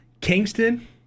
Kingston